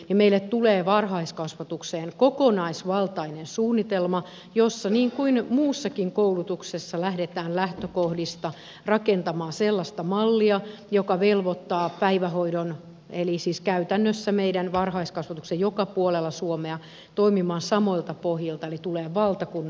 meille tulee varhaiskasvatukseen kokonaisvaltainen suunnitelma jossa niin kuin muussakin koulutuksessa lähdetään lähtökohdista rakentamaan sellaista mallia joka velvoittaa päivähoidon eli siis käytännössä meidän varhaiskasvatuksen joka puolella suomea toimimaan samoilta pohjilta eli tulee valtakunnallinen suunnitelma